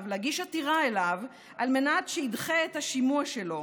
להגיש עתירה אליו על מנת שידחה את השימוע שלו,